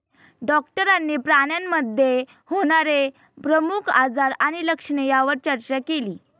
डॉक्टरांनी प्राण्यांमध्ये होणारे प्रमुख आजार आणि लक्षणे यावर चर्चा केली